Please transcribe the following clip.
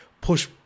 push